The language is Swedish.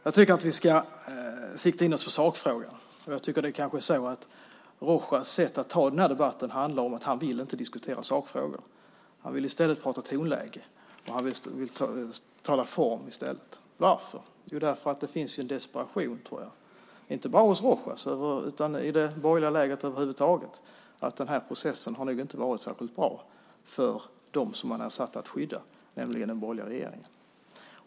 Jag tycker att vi ska sikta in oss på sakfrågan. Jag tycker att Rojas sätt att föra den här debatten visar att han inte vill diskutera sakfrågan. I stället vill han prata tonläge. Han vill tala form i stället. Varför? Jo, därför att det finns en desperation tror jag, inte bara hos Rojas utan i det borgerliga lägret över huvud taget, över att den här processen nog inte har varit särskilt bra för dem som man är satt att skydda, nämligen den borgerliga regeringen.